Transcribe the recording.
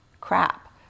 crap